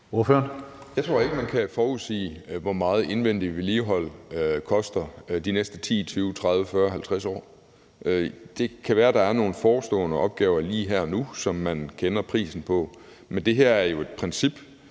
Jeg tror ikke, at man kan forudsige, hvor meget indvendig vedligehold koster de næste 10, 20, 30, 40 eller 50 år. Det kan være, at der er nogle forestående opgaver lige her og nu, som man kender prisen på. Men det her er jo et princip